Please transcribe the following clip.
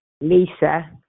Lisa